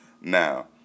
Now